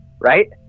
right